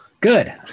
Good